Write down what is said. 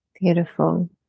beautiful